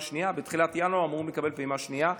ובתחילת ינואר הם אמורים לקבל פעימה שנייה,